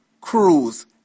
Cruise